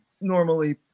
normally